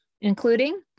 including